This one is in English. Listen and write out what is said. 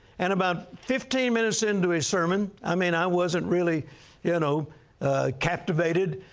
and about fifteen minutes into his sermon, i mean, i wasn't really you know captivated.